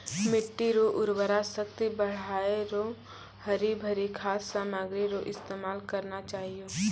मिट्टी रो उर्वरा शक्ति बढ़ाएं रो हरी भरी खाद सामग्री रो इस्तेमाल करना चाहियो